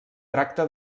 tracta